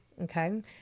okay